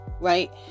right